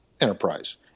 enterprise